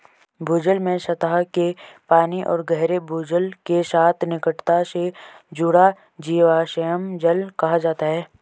भूजल में सतह के पानी और गहरे भूजल के साथ निकटता से जुड़ा जीवाश्म जल कहा जाता है